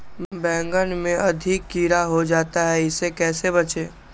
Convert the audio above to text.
बैंगन में अधिक कीड़ा हो जाता हैं इससे कैसे बचे?